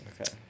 Okay